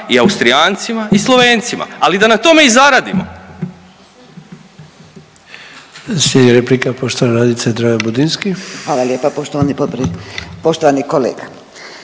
i Austrijancima i Slovencima, ali da na tome i zaradimo.